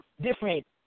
different